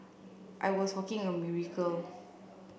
I was walking a miracle